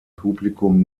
publikum